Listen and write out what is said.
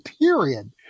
Period